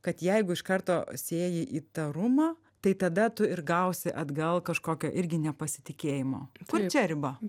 kad jeigu iš karto sieji įtarumą tai tada tu ir gausi atgal kažkokio irgi nepasitikėjimo kur čia riba